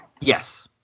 Yes